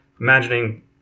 Imagining